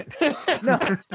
No